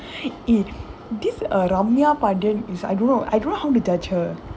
eh this uh ramya pandian is I don't know I don't know how to judge her